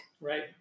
Right